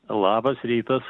labas rytas